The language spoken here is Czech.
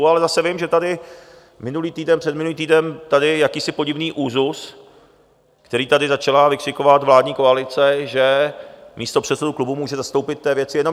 Ale zase vím, že tady minulý týden, předminulý týden tady byl jakýsi podivný úzus, který tady začala vykřikovat vládní koalice, že místopředsedu klubu může zastoupit v té věci jenom jeden.